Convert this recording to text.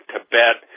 Tibet